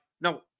no